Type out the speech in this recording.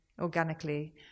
organically